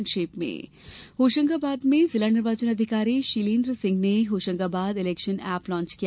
संक्षिप्त समाचार होशंगाबाद में जिला निर्वाचन अधिकारी शीलेन्द्र सिंह ने होशंगाबाद इलेक्शन एप लॉच किया